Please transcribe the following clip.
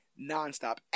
nonstop